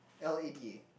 L_A_D_A